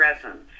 presence